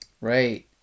Right